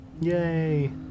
Yay